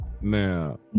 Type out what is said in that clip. Now